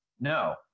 No